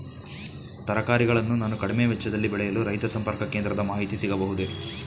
ತರಕಾರಿಗಳನ್ನು ನಾನು ಕಡಿಮೆ ವೆಚ್ಚದಲ್ಲಿ ಬೆಳೆಯಲು ರೈತ ಸಂಪರ್ಕ ಕೇಂದ್ರದ ಮಾಹಿತಿ ಸಿಗಬಹುದೇ?